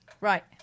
Right